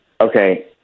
Okay